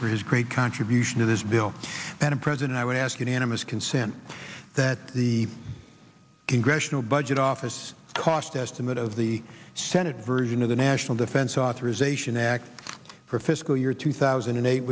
for his great contribution to this bill that a president i would ask unanimous consent that the congressional budget office cost estimate of the senate version of the national defense authorization act for fiscal year two thousand and eight